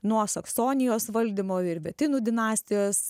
nuo saksonijos valdymo ir betinų dinastijos